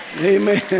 Amen